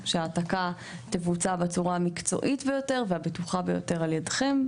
שההעתקה תבוצע בצורה המקצועית והבטוחה ביותר על ידכם.